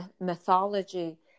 mythology